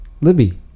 Libby